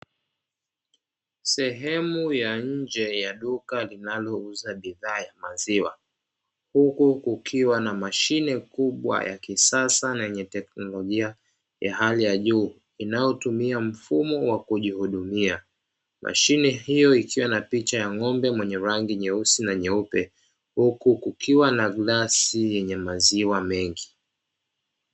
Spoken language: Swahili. Sehemu ya nje ya duka linalouza bidhaa ya maziwa, huku kukiwa na mashine kubwa ya kisasa na yenye teknolojia ya hali ya juu inayotumia mfumo wa kujihudumia. Mashine hiyo ikiwa na picha ya ng'ombe mwenye rangi nyeusi na nyeupe, huku kukiwa na glasi yenye maziwa mengi.